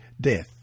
death